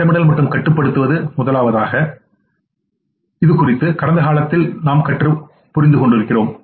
திட்டமிடல் மற்றும் கட்டுப்படுத்துவது குறித்து கடந்த காலத்தில் கற்று வந்தோம்